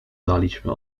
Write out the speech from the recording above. daliśmy